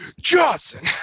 Johnson